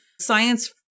science